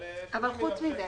אבל חוץ מזה,